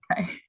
Okay